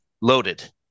loaded